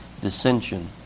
dissension